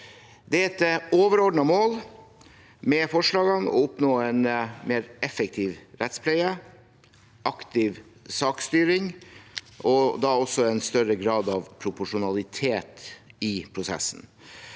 Det er et overordnet mål med forslagene å oppnå en mer effektiv rettspleie og aktiv saksstyring, og da også en større grad av profesjonalitet i prosessen,